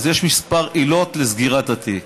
אז יש כמה עילות לסגירת התיק.